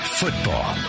football